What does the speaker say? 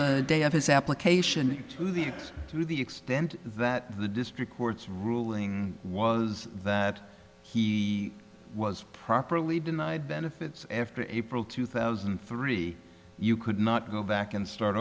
the day of his application to the act to the extent that the district court's ruling was that he was properly denied benefits after april two thousand and three you could not go back and start